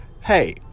hey